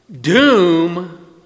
doom